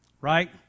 right